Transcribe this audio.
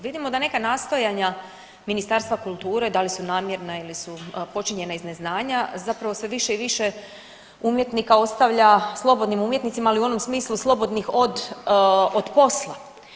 Vidimo da neka nastojanja Ministarstva kulture da li su namjerna ili su počinjena iz neznanja zapravo sve više i više umjetnika ostavlja slobodnim umjetnicima, ali u onom smislu slobodnih od posla.